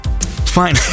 Fine